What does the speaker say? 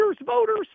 voters